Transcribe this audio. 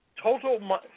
total